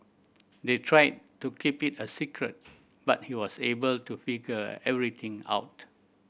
they tried to keep it a secret but he was able to figure everything out